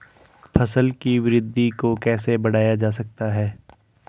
फसल की वृद्धि को कैसे बढ़ाया जाता हैं?